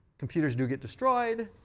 computers do get destroyed,